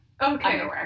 Okay